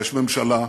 יש ממשלה,